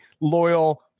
loyal